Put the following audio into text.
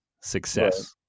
success